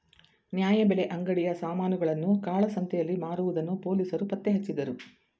ನ್ಯಾಯಬೆಲೆ ಅಂಗಡಿಯ ಸಾಮಾನುಗಳನ್ನು ಕಾಳಸಂತೆಯಲ್ಲಿ ಮಾರುವುದನ್ನು ಪೊಲೀಸರು ಪತ್ತೆಹಚ್ಚಿದರು